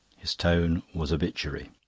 his tone was obituary.